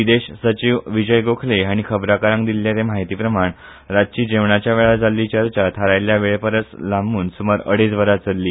विदेश सचिव विजय गोखले हांणी खबराकारांक दिल्या ते म्हायती प्रमाण रातची जेवणाच्या वेळार जाल्ली चर्चा थारायल्ल्या वेळेपरस लांबून सूमार अडेच वरा चल्ली